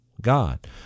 god